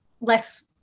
less